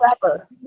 forever